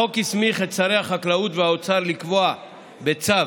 החוק הסמיך את שרי החקלאות והאוצר לקבוע בצו